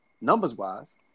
numbers-wise